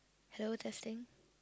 hello testing